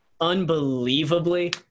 unbelievably